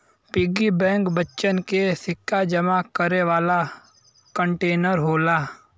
piggy bank बच्चन के सिक्का जमा करे वाला कंटेनर होला